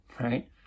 right